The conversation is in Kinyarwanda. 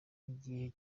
igihe